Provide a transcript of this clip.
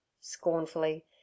Scornfully